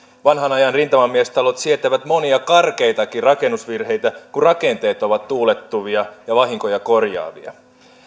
vanhanajan rintamamiestalot sietävät monia karkeitakin rakennusvirheitä kun rakenteet ovat tuulettuvia ja vahinkoja korjaavia